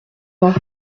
pas